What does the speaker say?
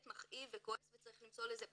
מכאיב וכועס וצריך למצוא לזה פתרון,